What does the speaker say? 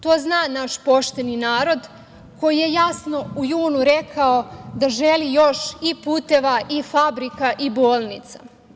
To zna naš pošteni narod, koji je jasno u junu rekao da želi još i puteva i fabrika i bolnica.